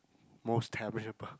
most terrible